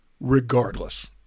regardless